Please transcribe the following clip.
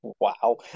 wow